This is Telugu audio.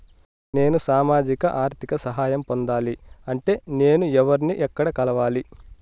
నేను సామాజిక ఆర్థిక సహాయం పొందాలి అంటే నేను ఎవర్ని ఎక్కడ కలవాలి?